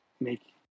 make